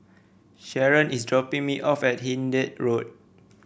Sharron is dropping me off at Hindhede Road